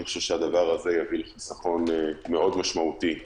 אני חושב שהדבר הזה יביא לחיסכון מאוד משמעותי בזמנים.